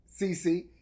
CC